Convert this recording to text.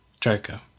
Joker